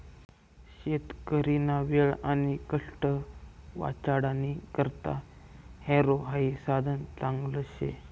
शेतकरीना वेळ आणि कष्ट वाचाडानी करता हॅरो हाई साधन चांगलं शे